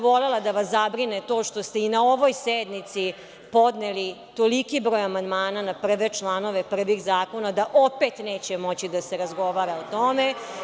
Volela bih da vas zabrine to što ste i na ovoj sednici podneli toliki broj amandmana na prve članove prvih zakona, da opet neće moći da se razgovara o tome.